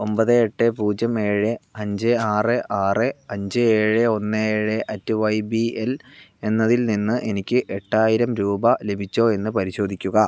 ഒൻപത് എട്ട് പൂജ്യം ഏഴ് അഞ്ച് ആറ് ആറ് അഞ്ച് ഏഴ് ഒന്ന് ഏഴ് അറ്റ് വൈ ബി എൽ എന്നതിൽ നിന്ന് എനിക്ക് എട്ടായിരം രൂപ ലഭിച്ചോ എന്ന് പരിശോധിക്കുക